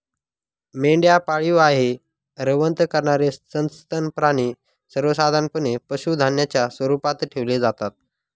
मेंढ्या पाळीव आहे, रवंथ करणारे सस्तन प्राणी सर्वसाधारणपणे पशुधनाच्या स्वरूपात ठेवले जातात